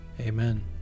Amen